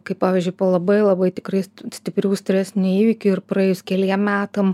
kaip pavyzdžiui po labai labai tikrai stiprių stresinių įvykių ir praėjus keliem metam